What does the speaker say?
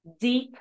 deep